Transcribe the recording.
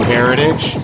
Heritage